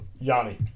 Yanni